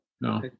no